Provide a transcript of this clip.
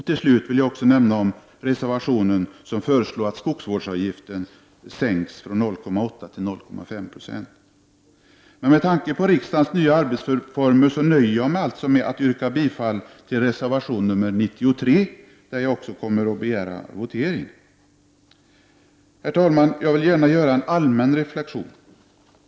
Till slut vill jag också i en reservation föreslå att skogsvårdsavgiften sänks från 0,8 till 0,5 90. Med tanke på riksdagens nya arbetsformer nöjer jag mig med att yrka bifall till reservation 93, där jag också kommer att begära votering. Herr talman! Jag vill gärna göra en allmän reflexion.